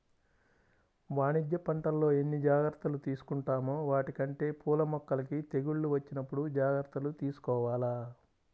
వాణిజ్య పంటల్లో ఎన్ని జాగర్తలు తీసుకుంటామో వాటికంటే పూల మొక్కలకి తెగుళ్ళు వచ్చినప్పుడు జాగర్తలు తీసుకోవాల